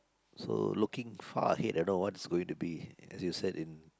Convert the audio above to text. so looking far ahead and all is going to be as you said in